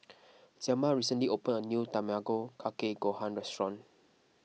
Zelma recently opened a new Tamago Kake Gohan restaurant